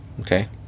Okay